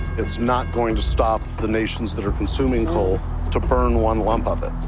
it's not going to stop the nations that are consuming coal to burn one lump of it.